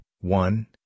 one